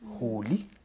Holy